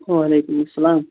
وَعلیکُم اَسَلام